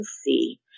see